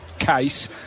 case